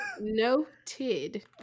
noted